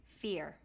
fear